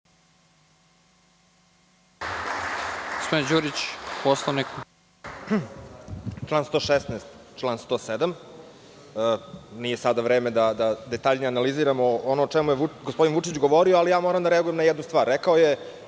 **Bojan Đurić** Član 116., član 107. Nije sada vreme da detaljnije analiziramo o čemu je gospodin Vučič govorio, ali ja moram da reagujem na jednu stvar. Rekao je,